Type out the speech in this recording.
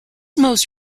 most